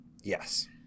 Yes